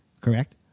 Correct